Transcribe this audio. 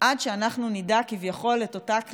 עד שאנחנו נדאג כביכול, אותה קלישאה,